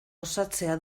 osatzea